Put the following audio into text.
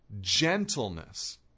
gentleness